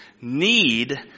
need